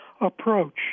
approach